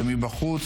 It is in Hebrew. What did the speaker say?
בבקשה.